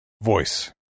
voice